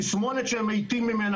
התסמונת שהם מתים ממנה,